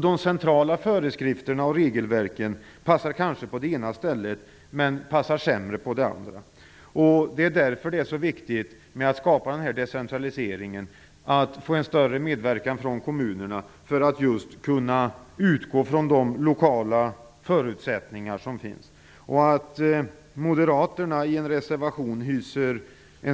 De centrala föreskrifterna och regelverken kanske passar bra på ett ställe och sämre på ett annat. Det är viktigt att åstadkomma decentralisering, en större medverkan från kommunerna för att kunna utgå från de lokala förutsättningar som finns. Moderaterna framför i en reservation att de hyser